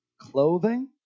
clothing